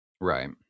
Right